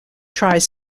tries